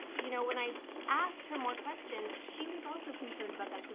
you know, when i asked her more questions, she was also concerned about that. she goes,